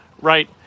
right